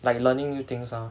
like learning new things lor